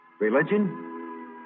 religion